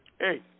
hey